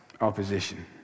opposition